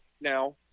Now